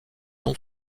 ont